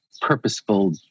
purposeful